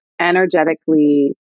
energetically